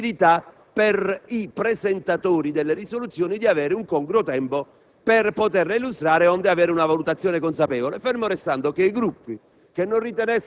la possibilità per i presentatori delle risoluzioni di avere un congruo tempo per poterle illustrare onde avere una valutazione consapevole, fermo restando che i Gruppi